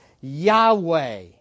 Yahweh